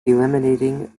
eliminating